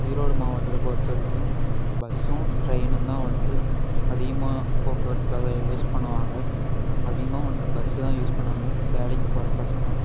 ஈரோடு மாவட்டத்தை பொறுத்தவரைக்கும் பஸ்ஸும் ட்ரெயினும் தான் வந்துட்டு அதிகமாகப் போக்குவரத்துக்காக யூஸ் பண்ணுவாங்க அதிகமாக வந்துட்டு பஸ்ஸு தான் யூஸ் பண்ணுவாங்க வேலைக்குப் போகிற பசங்க